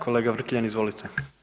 Kolega Vrkljan, izvolite.